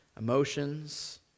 emotions